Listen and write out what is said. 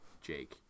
Jake